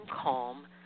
calm